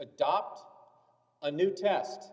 adopt a new test